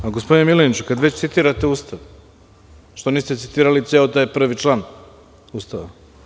Gospodine Mileniću, kada već citirate Ustav, zašto niste citirali ceo taj prvi član Ustava?